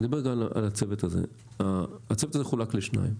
אני אדבר גם על הצוות הזה, הצוות הזה חולק לשניים: